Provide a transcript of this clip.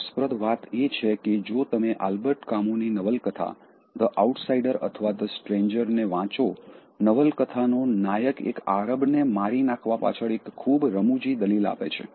રસપ્રદ વાત એ છે કે જો તમે આલ્બર્ટ કામુની નવલકથા ધ આઉટસાઇડર અથવા ધ સ્ટ્રેન્જર ને વાંચો નવલકથાનો નાયક એક આરબને મારી નાંખવા પાછળ એક ખૂબ રમૂજી દલીલ આપે છે